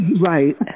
Right